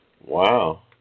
Wow